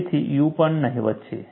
તેથી U પણ નહિવત્ છે